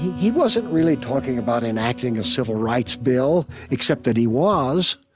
he wasn't really talking about enacting a civil rights bill, except that he was.